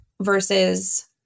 versus